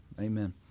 Amen